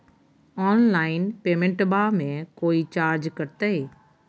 Online पेमेंटबां मे कोइ चार्ज कटते?